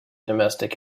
domestic